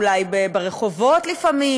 אולי ברחובות לפעמים,